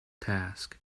task